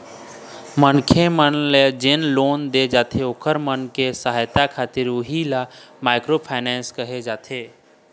मनखे मन जेन लोन दे जाथे ओखर मन के सहायता खातिर उही ल माइक्रो फायनेंस कहे जाथे